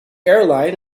airline